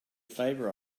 favor